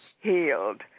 healed